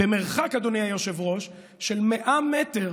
במרחק, אדוני היושב-ראש, של 100 מטר